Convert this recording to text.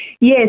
Yes